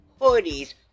hoodies